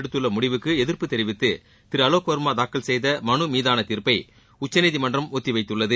எடுத்துள்ள முடிவுக்கு எதிர்ப்பு தெரிவித்து திரு அவோக் வர்மா தாக்கல் செய்த மனு மீதான தீர்ப்பை உச்சநீதிமன்றம் ஒத்திவைத்துள்ளது